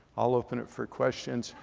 i'll open it for questions.